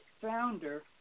founder